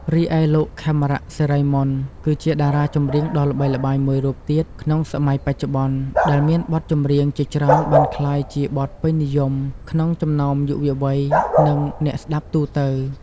រីឯលោក ខេមរៈ សិរីមន្ត គឺជាតារាចម្រៀងដ៏ល្បីល្បាញមួយរូបទៀតក្នុងសម័យបច្ចុប្បន្ន ដែលមានបទចម្រៀងជាច្រើនបានក្លាយជា បទពេញនិយម ក្នុងចំណោមយុវវ័យ និងអ្នកស្តាប់ទូទៅ។